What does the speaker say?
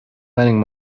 lending